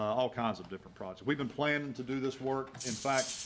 all kinds of different products. we've been planning to do this work. in fact,